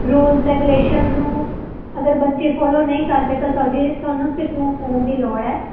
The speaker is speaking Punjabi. ਰੂਲਸ ਰੈਗੂਲੇਸ਼ਨਸ ਨੂੰ ਅਗਰ ਬੱਚੇ ਫੋਲੋ ਨਹੀਂ ਕਰਦੇ ਤਾਂ ਤੁਹਾਡੇ ਵੀ ਤੁਹਾਨੂੰ ਸਟਰਿਕਨੈਸ ਕਰਨ ਦੀ ਲੋੜ ਹੈ